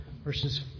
Verses